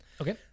Okay